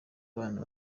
bana